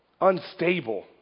unstable